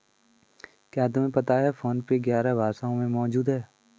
क्या तुम्हें पता है फोन पे ग्यारह भाषाओं में मौजूद है?